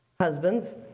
husbands